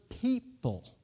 people